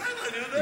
בסדר, אני יודע.